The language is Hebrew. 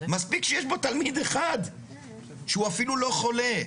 מספיק שיש בו תלמיד אחד שהוא אפילו לא חולה,